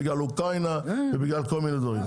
בגלל אוקראינה ובגלל כל מיני דברים,